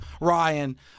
Ryan